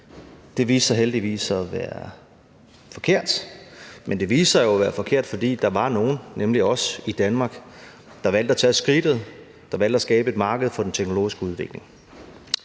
Det viste sig heldigvis at være forkert. Men det viste sig jo at være forkert, fordi der var nogle, nemlig os i Danmark, der valgte at tage skridtet, der valgte at skabe et marked for den teknologiske udvikling.